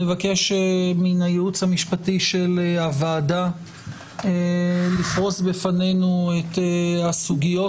אבקש מהייעוץ המשפטי של הוועדה לפרוס בפנינו את הסוגיות